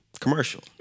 commercial